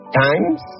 times